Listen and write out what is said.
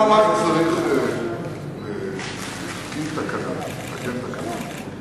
אולי צריך לתקן תקנה,